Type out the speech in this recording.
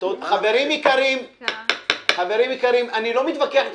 אני לא מתווכח אתכם.